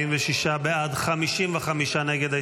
46 בעד, 55 נגד.